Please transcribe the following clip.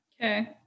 Okay